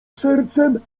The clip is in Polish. sercem